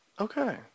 Okay